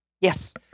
Yes